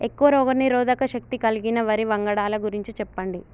ఎక్కువ రోగనిరోధక శక్తి కలిగిన వరి వంగడాల గురించి చెప్పండి?